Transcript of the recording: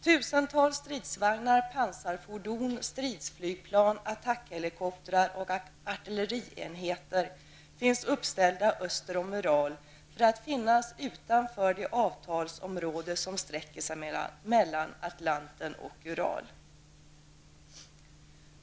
Tusentals stridsvagnar, pansarfordon, stridsflygplan, attackhelikoptrar och artillerienheter finns uppställda öster om Ural för att finnas utanför det avtalsområde som sträcker sig mellan Atlanten och Ural.